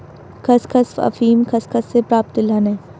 खसखस अफीम खसखस से प्राप्त तिलहन है